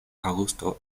aŭgusto